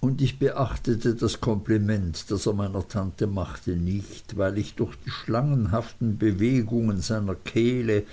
und ich beachtete das kompliment das er meiner tante machte nicht weil ich durch die schlangenhaften bewegungen seiner kehle